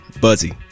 Buzzy